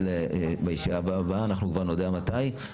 בישיבה הבאה, אנחנו כבר נודיע מתי.